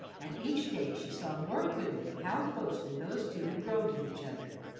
and each day she saw more clearly how closely those two had grown to each other,